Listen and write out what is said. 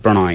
Prannoy